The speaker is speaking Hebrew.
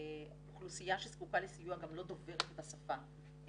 אוכלוסייה שזקוקה לסיוע גם לא דוברת את השפה,